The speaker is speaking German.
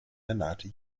renate